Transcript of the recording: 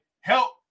help